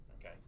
Okay